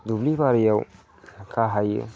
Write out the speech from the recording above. दुब्लि बारियाव खाहैयो